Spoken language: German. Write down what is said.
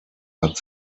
hat